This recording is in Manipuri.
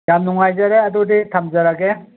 ꯌꯥꯝ ꯅꯨꯡꯉꯥꯏꯖꯔꯦ ꯑꯗꯨꯗꯤ ꯊꯝꯖꯔꯒꯦ